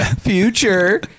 Future